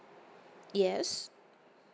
yes